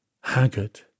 haggard